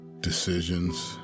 decisions